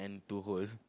to hold